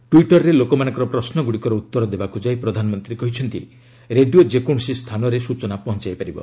ଟ୍ୱିଟରରେ ଲୋକମାନଙ୍କର ପ୍ରଶ୍ନଗୁଡ଼ିକର ଉତ୍ତର ଦେବାକୁ ଯାଇ ପ୍ରଧାନମନ୍ତ୍ରୀ କହିଛନ୍ତି ରେଡିଓ ଯେକୌଣସି ସ୍ଥାନରେ ସୂଚନା ପହଞ୍ଚାଇ ପାରିବ